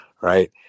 right